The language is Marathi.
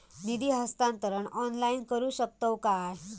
निधी हस्तांतरण ऑनलाइन करू शकतव काय?